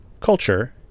culture